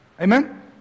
Amen